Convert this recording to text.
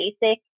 basic